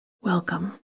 Welcome